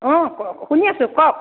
অঁ কওক শুনি আছোঁ কওক